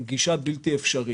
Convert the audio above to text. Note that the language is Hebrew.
היא גישה בלתי אפשרית.